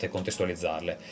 contestualizzarle